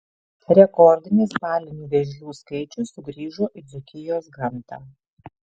rekordinis balinių vėžlių skaičius sugrįžo į dzūkijos gamtą